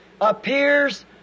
appears